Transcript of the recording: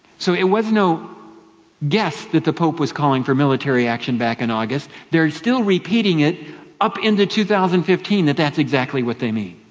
so it was no guess that the pope was calling for military action back in august. they're still repeating it up into two thousand and fifteen that that's exactly what they mean.